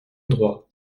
droit